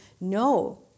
no